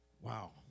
Wow